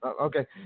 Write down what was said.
Okay